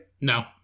No